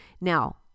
Now